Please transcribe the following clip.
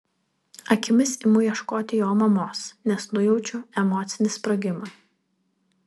akimis imu ieškoti jo mamos nes nujaučiu emocinį sprogimą